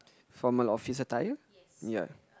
formal office attire ya